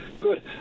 Good